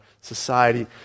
society